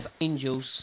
Angels